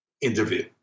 interview